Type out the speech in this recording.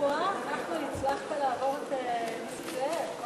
או-אה, נחמן, הצלחת לעבור את נסים זאב.